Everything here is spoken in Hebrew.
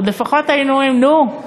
עוד לפחות היינו אומרים: נו,